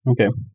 Okay